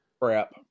Crap